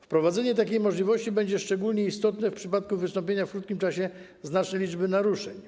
Wprowadzenie takiej możliwości będzie szczególnie istotne w przypadku wystąpienia w krótkim czasie znacznej liczby naruszeń.